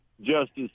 justice